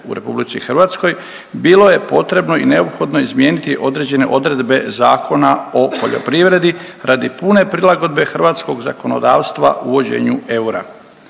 u RH bilo je potrebno i neophodno izmijeniti određene odredbe Zakona o poljoprivredi radi pune prilagodbe hrvatskog zakonodavstva uvođenju eura.